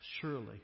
Surely